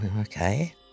okay